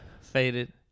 faded